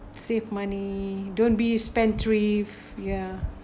save money don't be a spendthrift ya